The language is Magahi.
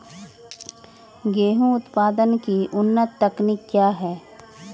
गेंहू उत्पादन की उन्नत तकनीक क्या है?